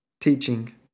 teaching